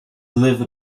live